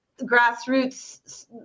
grassroots